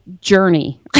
journey